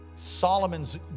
Solomon's